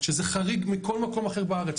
שזה חריג מכל מקום אחר בארץ.